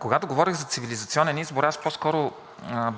когато говорех за цивилизационен избор, по-скоро